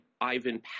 Ivan